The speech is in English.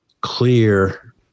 clear